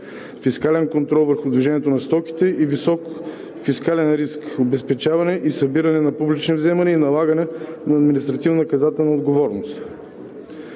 фискален контрол върху движението на стоки с висок фискален риск, обезпечаване и събиране на публични вземания и налагане на административнонаказателна отговорност.